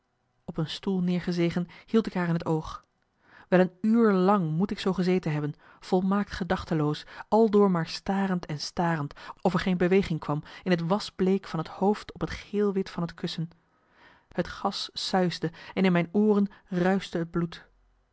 op een stoel neergezegen hield ik haar in het oog wel een uur lang moet ik zoo gezeten hebben volmaakt gedachteloos aldoor maar starend en starend of er geen beweging kwam in het was bleek van het hoofd op het geel wit van het kussen het gas suisde en in mijn ooren ruischte het bloed